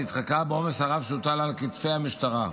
נדחקה עקב העומס הרב שהוטל על כתפי המשטרה.